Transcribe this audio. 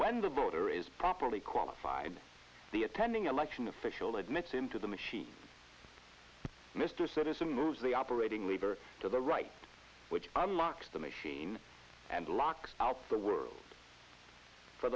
when the border is properly qualified the attending election official admits into the machine mr citizen moves the operating lever to the right which i'm locks the machine and locks out the world for